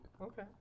Okay